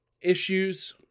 issues